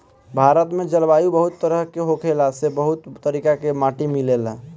भारत में जलवायु बहुत तरेह के होखला से बहुत तरीका के माटी मिलेला